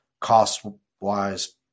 cost-wise